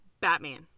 Batman